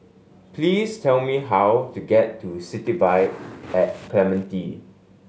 please tell me how to get to City Vibe at Clementi